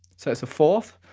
so it's a fourth,